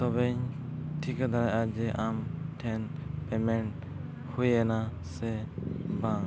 ᱛᱚᱵᱮᱧ ᱴᱷᱤᱠᱟᱹ ᱫᱟᱲᱮᱭᱟᱜᱼᱟ ᱡᱮ ᱟᱢ ᱴᱷᱮᱱ ᱦᱩᱭ ᱮᱱᱟ ᱥᱮ ᱵᱟᱝ